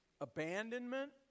abandonment